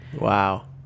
Wow